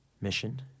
mission